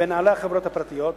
בנעלי החברות הפרטיות,